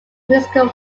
musical